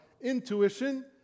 intuition